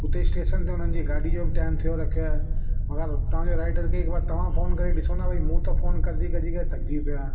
उते स्टेशन ते उन्हनि जी गाॾी जो बि टाइम थियो रखियो आहे मगर तव्हांजे राइडर खे हिक बार तव्हां फोन करे ॾिसो न भाई मूं त फोन करजी कजी करे थकिजी पियो आहियां